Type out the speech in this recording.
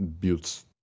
builds